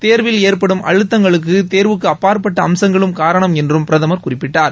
தேர்வில் ஏற்படும் அழுத்தங்களுக்கு தேர்வுக்கு அப்பாற்பட்ட அம்சங்களும் காரணம் என்று பிரதமர் குறிப்பிட்டார்